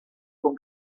sont